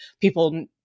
people